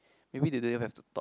maybe they don't even have to talk